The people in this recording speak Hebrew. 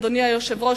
אדוני היושב-ראש,